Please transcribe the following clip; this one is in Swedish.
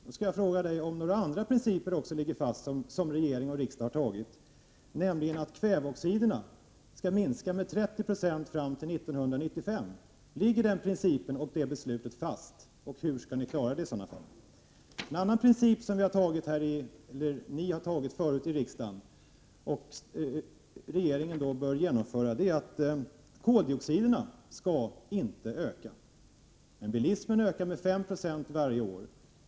Jag vill då fråga kommunikationsministern om även vissa andra principer som regering och riksdag har fattat beslut om ligger fast, nämligen att kväveoxiderna skall minska med 30 9c fram till år 1995? Ligger den principen och det beslut som har fattats i detta sammanhang fast? Hur skall regeringen i så fall klara detta? En annan princip som riksdagen tidigare har fattat beslut om och som regeringen bör genomföra är att koldioxiderna inte skall öka. Men bilismen ökar med 5 96 varje år.